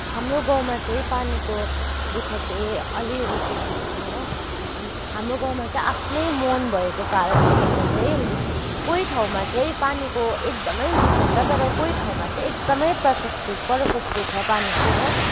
हाम्रो गाउँमा चाहिँ पानीको दुखः चाहिँ अलि अलि चाहिँ छैन हो अनि हाम्रो गाउँमा चाहिँ आफ्नै मुहान भएको कारणले चाहिँ कोही ठाउँमा चाहिँ पानीको एकदमै दुख छ तर कोही ठाउँमा चाहिँ एकदमै प्रशस्त प्रशस्त छ पानीको हो